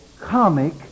comic